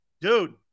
dude